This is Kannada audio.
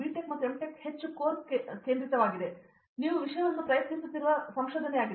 ಟೆಕ್ ಅಥವಾ ಎಮ್ ಟೆಕ್ ಹೆಚ್ಚು ಕೋರ್ ಕೇಂದ್ರಿತವಾಗಿದೆ ಆದರೆ ನೀವು ವಿಷಯಗಳನ್ನು ಪ್ರಯತ್ನಿಸುತ್ತಿರುವ ಸಂಶೋಧನೆಯಾಗಿದೆ